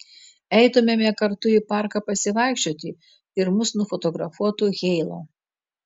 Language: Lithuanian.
eitumėme kartu į parką pasivaikščioti ir mus nufotografuotų heilo